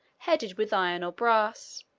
headed with iron or brass.